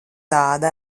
tāda